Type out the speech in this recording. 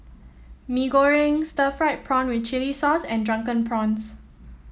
Mee Goreng Stir Fried Prawn with Chili Sauce and Drunken Prawns